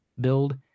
build